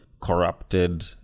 corrupted